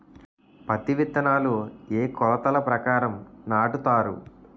పత్తి విత్తనాలు ఏ ఏ కొలతల ప్రకారం నాటుతారు?